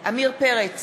עמיר פרץ,